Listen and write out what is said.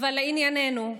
לענייננו,